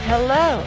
Hello